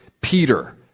Peter